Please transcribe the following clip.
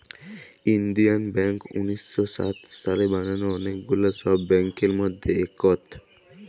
ইলডিয়াল ব্যাংক উনিশ শ সাত সালে বালাল অলেক গুলা ছব ব্যাংকের মধ্যে ইকট